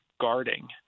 guarding